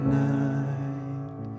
night